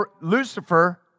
Lucifer